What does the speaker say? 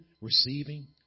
receiving